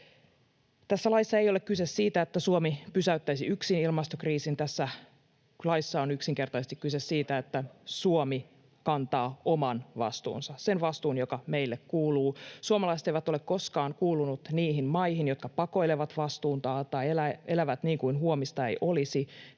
Tässä laissa ei ole kyse siitä, että Suomi pysäyttäisi yksin ilmastokriisin. Tässä laissa on yksinkertaisesti kyse siitä, [Petri Hurun välihuuto] että Suomi kantaa oman vastuunsa, sen vastuun, joka meille kuuluu. Suomi ei ole koskaan kuulunut niihin maihin, jotka pakoilevat vastuutaan, elävät niin kuin huomista ei olisi